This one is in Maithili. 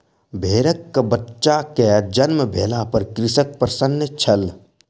भेड़कबच्चा के जन्म भेला पर कृषक प्रसन्न छल